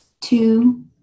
two